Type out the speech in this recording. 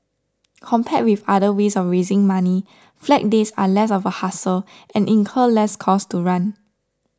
compared with other ways of raising money flag days are less of a hassle and incur less cost to run